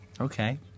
Okay